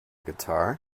guitar